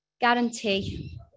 Guarantee